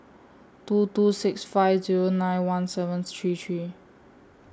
two two six five Zero nine one seven three three